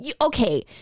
Okay